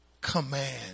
command